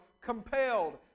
compelled